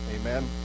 Amen